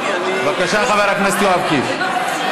בבקשה, חבר הכנסת יואב קיש.